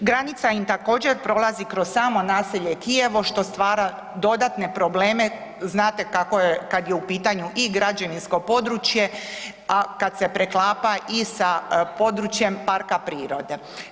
Granica im također prolazi kroz samo naselje Kijevo što stvara dodatne probleme, znate kako je kad je u pitanju i građevinsko područje, a kad se preklapa i sa područjem parka prirode.